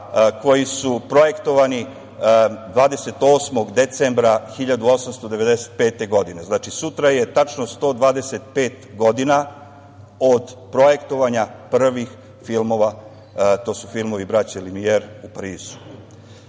koji su projektovani 28. decembra 1895. godine. Znači, sutra je tačno 125 godina od projektovanja prvih filmova, to su filmovi braće Limijer u Parizu.